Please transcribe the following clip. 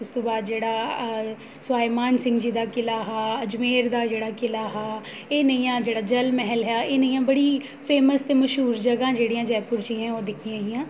उस तूं बाद जेह्ड़ा अऽ सवाई मान सिंह जी दा किला हा अजमेर दा जेह्ड़ा किला हा एह् नेहियां जेह्ड़ा जल महल हा एह् नेहियां बड़ी फेमस ते मश्हूर जगहां जेह्ड़ियां जयपुर च हियां ओह् दिक्खियां हियां